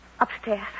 Upstairs